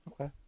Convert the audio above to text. okay